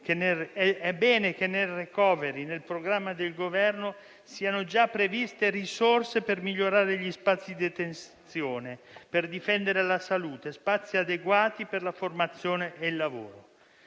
È bene che nel *recovery fund*, nel programma del Governo, siano già previste risorse per migliorare gli spazi di detenzione e per difendere la salute, così come spazi adeguati per la formazione e il lavoro.